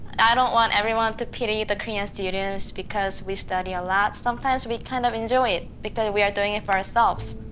i don't want everyone to pity the korean students because we study a lot. sometimes we kind of enjoy it, because we are doing it for ourselves.